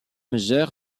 majeur